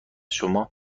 شما